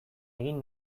egin